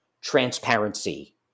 transparency